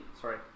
Sorry